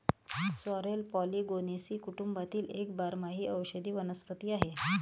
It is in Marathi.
सॉरेल पॉलिगोनेसी कुटुंबातील एक बारमाही औषधी वनस्पती आहे